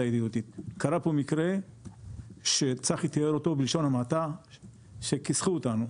קרה פה מקרה שצחי תיאר אותו בלשון המעטה: כיסחו אותנו.